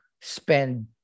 spend